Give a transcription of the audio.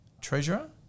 Treasurer